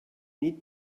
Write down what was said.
need